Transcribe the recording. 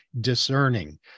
discerning